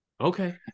Okay